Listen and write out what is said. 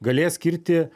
galės skirti